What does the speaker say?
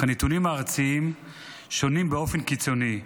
אך הנתונים הארציים שונים באופן קיצוני,